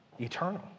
Eternal